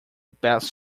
best